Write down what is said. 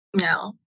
No